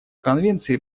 конвенции